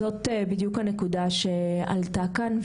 זאת בדיוק הנקודה שעלתה כאן,